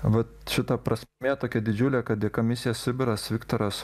vat šita prasmė tokia didžiulė kad dėka misija sibiras viktoras